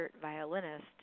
violinist